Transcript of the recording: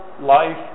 life